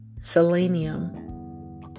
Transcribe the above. selenium